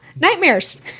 Nightmares